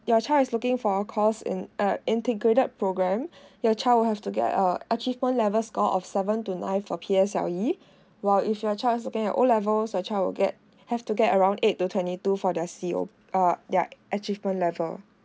your child is looking for course in a integrated program your child will have to get uh achievement levels score of seven to nine for P_S_L_E while if your child gets a O levels so child will get have to get around eight to twenty two for their C_O uh their achievement level